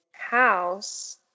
house